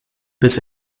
bis